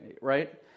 right